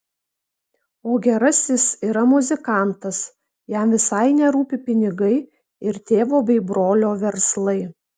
o gerasis yra muzikantas jam visai nerūpi pinigai ir tėvo bei brolio verslai